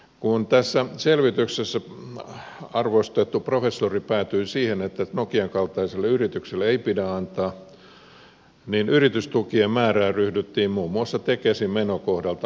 kun tässä selvityksessä arvostettu professori päätyi siihen että nokian kaltaiselle yritykselle ei pidä antaa niin yritystukien määrää ryhdyttiin muun muassa tekesin menokohdalta olennaisesti vähentämään